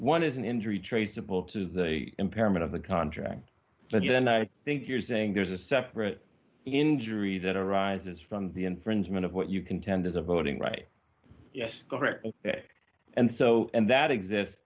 one is an injury traceable to impairment of the contract but then i think you're saying there's a separate injury that arises from the infringement of what you contend is a voting right yes correct and so and that exists